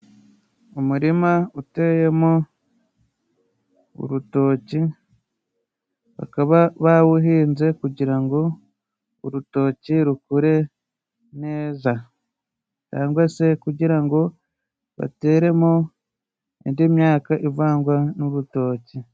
Umurima uteyemo urutoki bakaba bawuhinze kugira ngo urutoki rukure neza, cyangwa se kugira ngo bateremo indi myaka ivangwa n'urutoki.